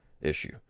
issue